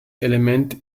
element